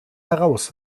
heraus